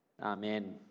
Amen